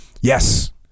yes